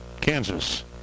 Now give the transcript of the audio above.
Kansas